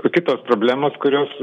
kitos problemos kurios